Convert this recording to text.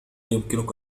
يمكنك